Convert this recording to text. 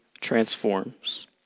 transforms